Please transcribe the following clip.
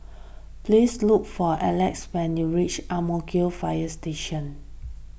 pease look for Elex when you reach Ang Mo Kio Fire Station